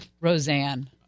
Roseanne